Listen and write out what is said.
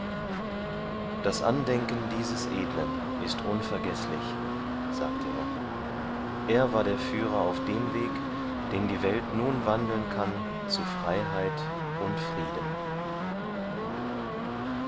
das andenken dieses edlen ist unvergeßlich sagte er er war der führer auf dem weg den die welt nun wandeln kann zu freiheit und frieden